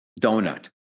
donut